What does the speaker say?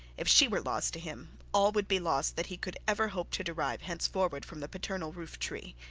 if she were lost to him all would be lost that he could ever hope to derive henceforward from the paternal roof-tree.